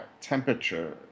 temperature